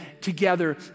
together